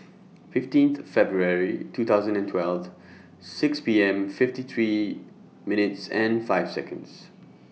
fifteen February two thousand and twelve six P M fifty three minutes and five Seconds